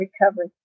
recovery